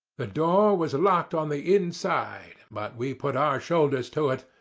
the door was locked on the inside, but we put our shoulders to it,